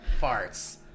farts